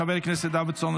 חבר הכנסת דוידסון,